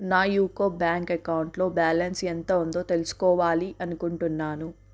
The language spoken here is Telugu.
నా యూకో బ్యాంక్ ఎకౌంట్లో బ్యాలన్స్ ఎంత ఉందో తెలుస్కోవాలి అనుకుంటున్నాను